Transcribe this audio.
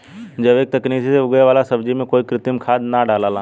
जैविक तकनीक से उगे वाला सब्जी में कोई कृत्रिम खाद ना डलाला